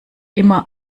immer